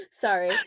Sorry